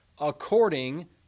according